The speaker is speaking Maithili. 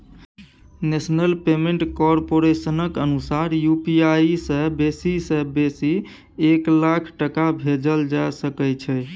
नेशनल पेमेन्ट कारपोरेशनक अनुसार यु.पी.आइ सँ बेसी सँ बेसी एक लाख टका भेजल जा सकै छै